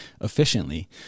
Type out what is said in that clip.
efficiently